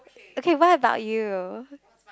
okay what about you